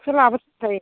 बेखौ लाबोथारदो